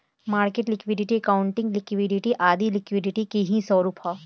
market liquidity, accounting liquidity आदी liquidity के ही स्वरूप है